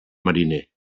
mariner